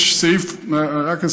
יש סעיף קטן,